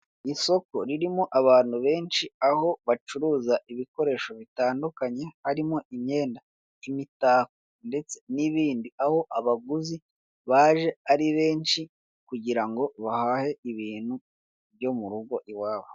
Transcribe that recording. Isoko ririmo abantu benshi aho bacuruza ibikoresho bitandukanye harimo imyenda imitako ndetse n'ibindi, aho abaguzi baje ari benshi kugira ngo bahahe ibintu byo mu rugo iwabo,